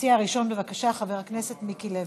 המציע הראשון, בבקשה, חבר הכנסת מיקי לוי.